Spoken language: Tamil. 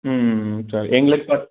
ம் ம் ம் சார் எங்களுக்கு பத்